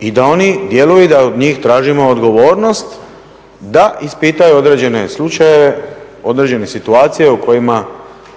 i da oni djeluju i da od njih tražimo odgovornost da ispitaju određene slučajeva, određene situacije u kojima